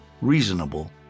reasonable